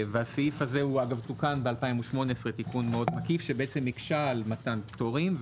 הסעיף הזה הוא תוקן ב-2018 תיקון מקיף שהקשה על מתן פטורים.